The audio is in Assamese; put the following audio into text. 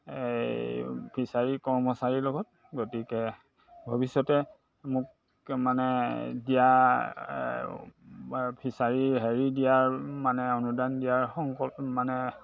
এই ফিচাৰী কৰ্মচাৰীৰ লগত গতিকে ভৱিষ্যতে মোক মানে দিয়া ফিছাৰী হেৰি দিয়াৰ মানে অনুদান দিয়াৰ সংকল মানে